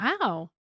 Wow